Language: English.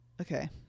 Okay